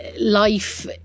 life